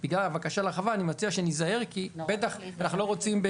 רק בגלל הבקשה להרחבה אני מציע שניזהר כי בטח אנחנו לא רוצים ב